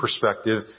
perspective